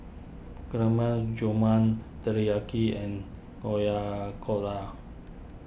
Gulab Jamun Teriyaki and Oyakoda